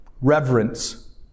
reverence